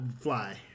fly